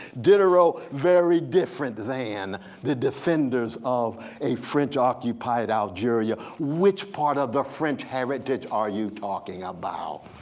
diderot very different than the defenders of a french occupied algeria. which part of the french heritage are you talking about?